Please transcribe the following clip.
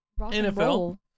NFL